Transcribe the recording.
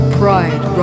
pride